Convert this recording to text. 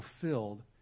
fulfilled